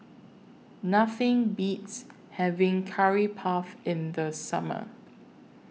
Nothing Beats having Curry Puff in The Summer